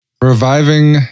reviving